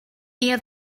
have